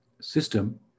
system